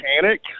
panic